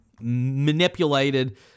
manipulated